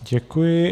Děkuji.